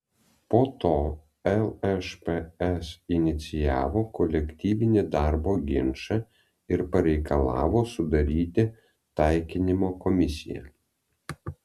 po to lšps inicijavo kolektyvinį darbo ginčą ir pareikalavo sudaryti taikinimo komisiją